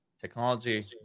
technology